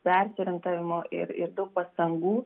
persiorientavimo ir ir daug pastangų